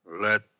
Let